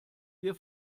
wir